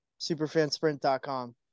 superfansprint.com